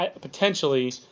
potentially